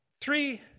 three